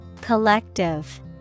Collective